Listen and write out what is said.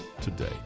today